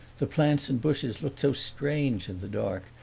the plants and bushes looked so strange in the dark,